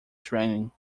training